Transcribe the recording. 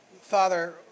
Father